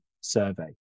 Survey